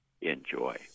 Enjoy